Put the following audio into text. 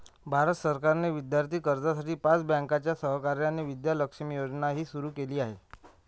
भारत सरकारने विद्यार्थी कर्जासाठी पाच बँकांच्या सहकार्याने विद्या लक्ष्मी योजनाही सुरू केली आहे